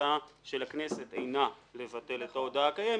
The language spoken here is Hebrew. ההצעה שלה כנסת אינה לבטל את ההודעה הקיימת.